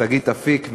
שגית אפיק,